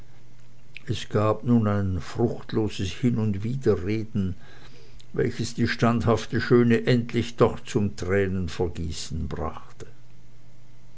es gab nun ein fruchtloses hin und widerreden welches die standhafte schöne endlich doch zum tränenvergießen brachte